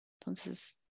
Entonces